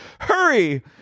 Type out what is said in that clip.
Hurry